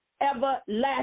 everlasting